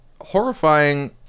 horrifying